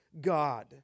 God